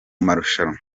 marushanwa